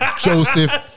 Joseph